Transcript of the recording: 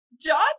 John